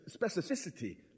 specificity